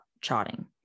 charting